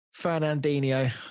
Fernandinho